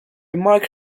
mark